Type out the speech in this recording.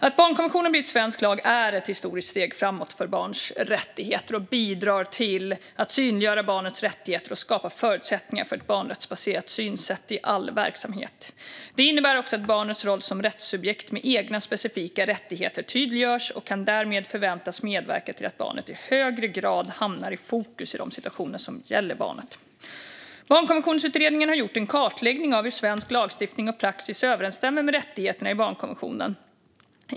Att barnkonventionen blivit svensk lag är ett historiskt steg framåt för barns rättigheter och bidrar till att synliggöra barnets rättigheter och skapa förutsättningar för ett barnrättsbaserat synsätt i all verksamhet. Det innebär också att barnets roll som rättssubjekt med egna specifika rättigheter tydliggörs. Det kan därmed förväntas medverka till att barnet i högre grad hamnar i fokus i de situationer som gäller barnet. Barnkonventionsutredningen har gjort en kartläggning av hur svensk lagstiftning och praxis överensstämmer med rättigheterna i barnkonventionen.